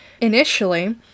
Initially